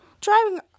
driving